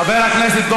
חבר הכנסת טרכטנברג.